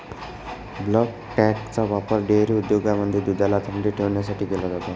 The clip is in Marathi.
बल्क टँकचा वापर डेअरी उद्योगांमध्ये दुधाला थंडी ठेवण्यासाठी केला जातो